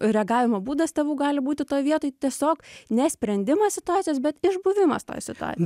reagavimo būdas tėvų gali būti toj vietoj tiesiog ne sprendimas situacijos bet išbuvimas toj situacijoj